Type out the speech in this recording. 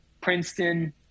Princeton